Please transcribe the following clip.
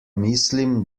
mislim